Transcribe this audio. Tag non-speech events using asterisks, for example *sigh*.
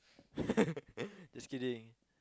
*laughs* just kidding